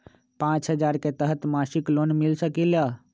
पाँच हजार के तहत मासिक लोन मिल सकील?